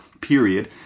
Period